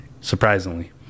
surprisingly